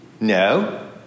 No